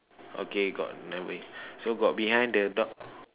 okay got anyway so got behind the dog